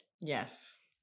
Yes